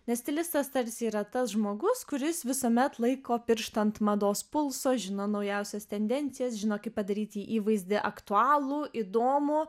nes stilistas tarsi yra tas žmogus kuris visuomet laiko pirštą ant mados pulso žino naujausias tendencijas žino kaip padaryti įvaizdį aktualų įdomų